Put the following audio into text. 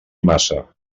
massa